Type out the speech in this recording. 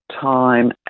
time